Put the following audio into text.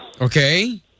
Okay